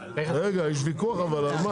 רגע יש ויכוח אבל על מה?